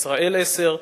"ישראל 10",